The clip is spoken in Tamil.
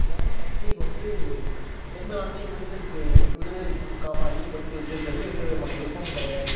கிளமண்ட் அட்லிக்கு வந்து எந்த நாட்டையும் விடுதலைக்கு விடுதலை குடுக்காமல் அடிமைப்படுத்தி வச்சுருக்குறதுல எந்த விதமான விருப்பமும் கிடையாது